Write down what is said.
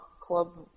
club